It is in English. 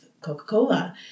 Coca-Cola